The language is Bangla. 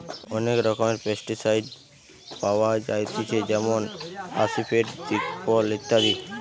অনেক রকমের পেস্টিসাইড পাওয়া যায়তিছে যেমন আসিফেট, দিকফল ইত্যাদি